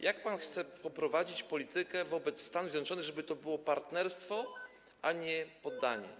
Jak pan chce poprowadzić politykę wobec Stanów Zjednoczonych, żeby to było partnerstwo, a nie poddanie?